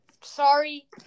Sorry